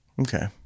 Okay